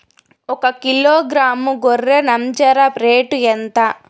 ఒకకిలో గ్రాము గొర్రె నంజర రేటు ఎంత?